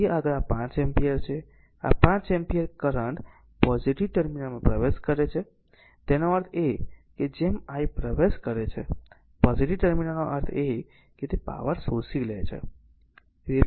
તેથી આગળ આ 5 એમ્પીયર છે આ 5 એમ્પીયર કરંટ પોઝીટીવ ટર્મિનલમાં પ્રવેશ કરે છે તેનો અર્થ એ છે કે જેમ i પ્રવેશ કરે છે પોઝીટીવ ટર્મિનલનો અર્થ એ છે કે તે પાવર શોષી લે છે